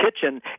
kitchen